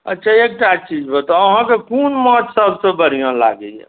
अच्छा एकटा चीज बताउ अहाँके कोन माछ सभसँ बढ़िऑं लागैया